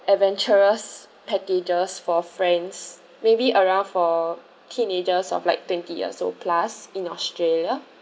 adventurous packages for friends maybe around for teenagers of like twenty years old plus in australia